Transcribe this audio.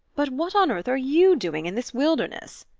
but what on earth are you doing in this wilderness?